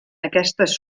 aquestes